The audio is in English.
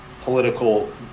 political